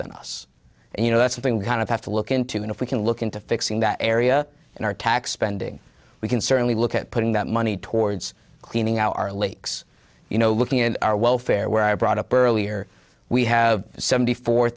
than us and you know that's a thing kind of have to look into and if we can look into fixing that area in our tax pending we can certainly look at putting that money towards cleaning our lakes you know looking at our welfare where i brought up earlier we have seventy four